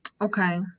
Okay